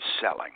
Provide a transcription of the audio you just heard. selling